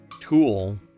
tool